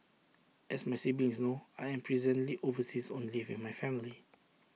as my siblings know I am presently overseas on leave with my family